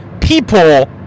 People